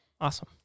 Awesome